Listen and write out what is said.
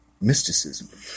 mysticism